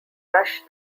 rush